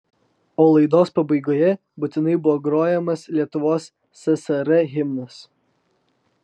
o laidos pabaigoje būtinai buvo grojamas lietuvos ssr himnas